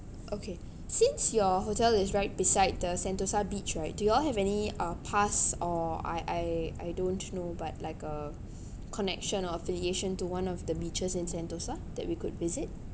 okay since your hotel is right beside the sentosa beach right do y'all have any uh pass or I I I don't know but like a connection or affiliation to one of the beaches in sentosa that we could visit